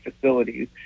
facilities